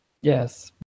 Yes